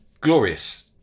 glorious